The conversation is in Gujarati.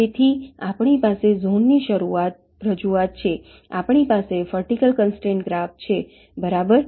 તેથી આપણી પાસે ઝોનની રજૂઆત છે આપણી પાસે વર્ટિકલ કન્સ્ટ્રેંટ ગ્રાફ છેબરાબર